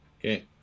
Okay